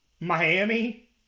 Miami